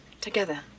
Together